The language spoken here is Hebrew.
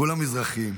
כולם מזרחים.